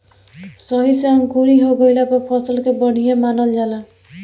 सही से अंकुरी हो गइला पर फसल के बढ़िया मानल जाला